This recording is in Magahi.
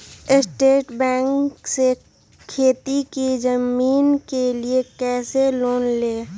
स्टेट बैंक से खेती की जमीन के लिए कैसे लोन ले?